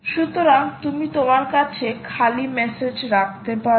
সুতরাং তুমি তোমার কাছে খালি মেসেজ রাখতে পারো